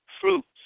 fruits